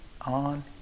on